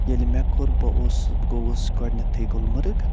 ییٚلہِ مےٚ کوٚر بہٕ اوسُس بہٕ گوٚوُس گۄڈنٮ۪تھٕے گُلمرٕگ